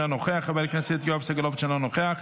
אינו נוכח,